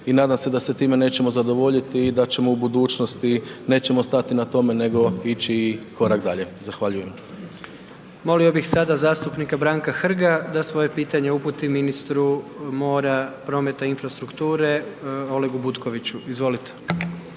i nadam se sa time nećemo zadovoljiti i da u budućnosti nećemo stati na tome nego ići i korak dalje. Zahvaljujem. **Jandroković, Gordan (HDZ)** Molio bih sada zastupnika Branka Hrga da svoje pitanje uputi ministru mora, prometa, infrastrukture Olegu Butkoviću. Izvolite.